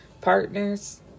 partners